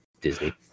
Disney